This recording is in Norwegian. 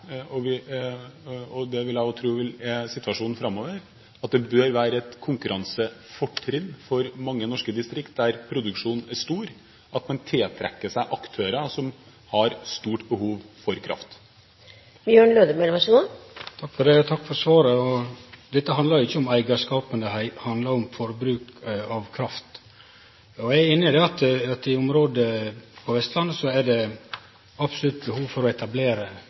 tro er situasjonen framover – at det bør være et konkurransefortrinn for mange norske distrikt der produksjonen er stor, at man tiltrekker seg aktører som har et stort behov for kraft. Takk for svaret. Dette handlar ikkje om eigarskap, det handlar om forbruk av kraft. Eg er einig i at i område på Vestlandet er det absolutt behov for å etablere